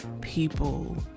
people